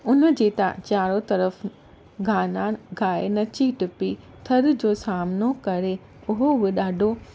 हुनजी तव्हां चारो तरफ़ु गाना गाए नची टुपी थर जो सामनो करे उहो बि ॾाढो